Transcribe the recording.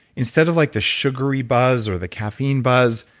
instead of like the sugary buzz or the caffeine buzz,